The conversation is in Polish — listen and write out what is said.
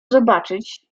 zobaczyć